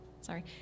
Sorry